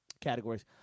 categories